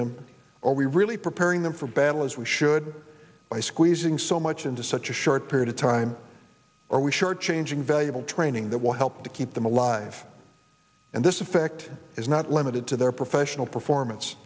them or are we really preparing them for battle as we should by squeezing so much into such a short period of time are we shortchanging valuable training that will help to keep them alive and this effect is not limited to their professional performance